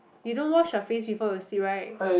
you don't wash your face before you sleep right